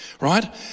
right